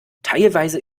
teilweise